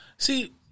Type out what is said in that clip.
See